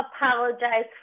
apologize